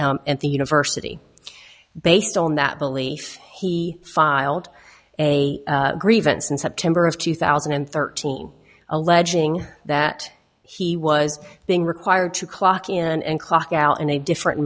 at the university based on that belief he filed a grievance in september of two thousand and thirteen alleging that he was being required to clock in and clock out in a different